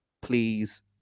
please